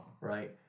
Right